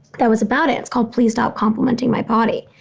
that was about it. it's called please stop complimenting my body.